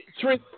Three